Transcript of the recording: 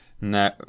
No